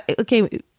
Okay